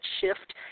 shift